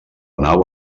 nau